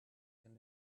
can